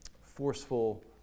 forceful